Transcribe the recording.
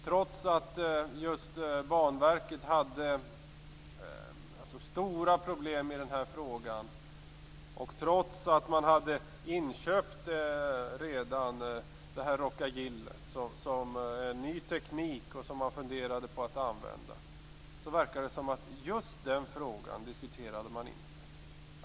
Trots att Banverket hade stora problem i den här frågan, och trots att Rhoca-Gil redan var inköpt som en del av en ny teknik som man funderade på att använda verkar det som att man inte diskuterade just den frågan.